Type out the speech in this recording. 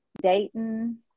Dayton